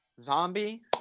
zombie